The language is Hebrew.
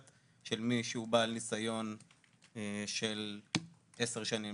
של מי שהוא בעל ניסיון של עשר שנים